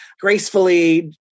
gracefully